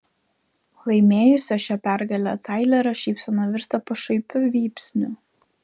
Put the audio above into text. laimėjusio šią pergalę tailerio šypsena virsta pašaipiu vypsniu